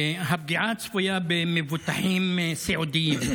הפגיעה הצפויה במבוטחים סיעודיים.